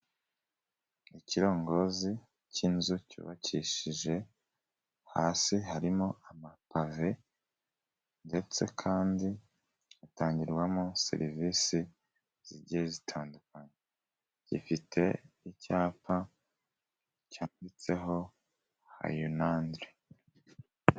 Ikirongozi cy'inzu cyubakishije, hasi harimo amapave ndetse kandi hatangirwamo serivisi zigiye zitandukanye, gifite icyapa cyanditseho Hyundai.